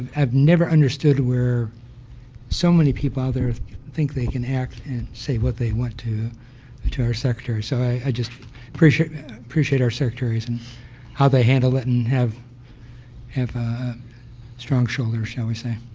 i've never understood where so many people out there think they can act and say what they want to ah to our secretaries. so i just appreciate appreciate our secretaries and how the handle it and have have strong shoulders, shall we say.